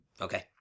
Okay